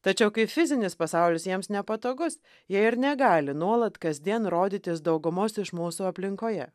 tačiau kai fizinis pasaulis jiems nepatogus jie ir negali nuolat kasdien rodytis daugumos iš mūsų aplinkoje